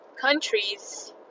countries